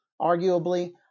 arguably